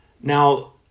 Now